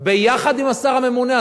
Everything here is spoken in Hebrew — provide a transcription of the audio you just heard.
ביחד עם השר הממונה.